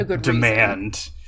demand